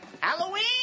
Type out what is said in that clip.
Halloween